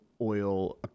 oil